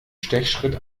stechschritt